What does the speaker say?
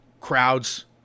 crowds